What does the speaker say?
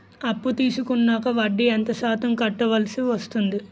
అప్పు తీసుకున్నాక వడ్డీ ఎంత శాతం కట్టవల్సి వస్తుంది?